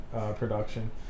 production